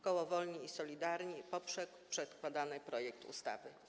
Koło Wolni i Solidarni poprze przedkładany projekt ustawy.